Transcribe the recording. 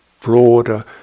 broader